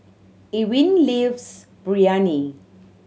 Ewin lives Biryani